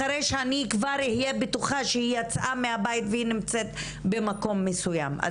אחריש אהיה בטוחה שהיא יצאה מהבית ונמצאת במקום מסוים.